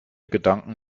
gedanken